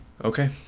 okay